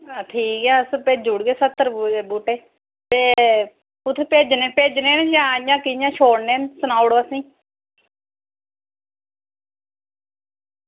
हां ठीक ऐ अस भेजी ओड़गे स्हत्तर बूह्टे ते कु'त्थें भेजने न भेजने ना जां इ'यांं कि'यां छोड़ने न सनाई ओड़ो असें ई